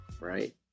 right